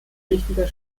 wichtiger